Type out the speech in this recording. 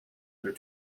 their